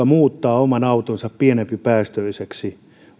muuttaa oma autonsa pienempipäästöiseksi